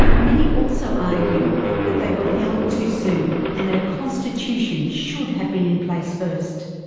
many also argue that they were held too soon and that a constitution should have been in place first.